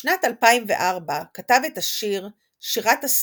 בשנת 2004 כתב את השיר "שירת הסטיקר",